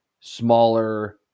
smaller